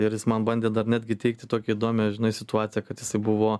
ir jis man bandė dar netgi teigti tokią įdomią žinai situaciją kad jisai buvo